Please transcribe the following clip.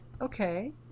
Okay